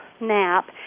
nap